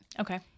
Okay